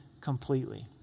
completely